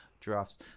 Giraffes